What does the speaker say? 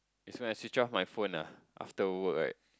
it's when switch my phone ah after work right